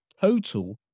total